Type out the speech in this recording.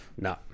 No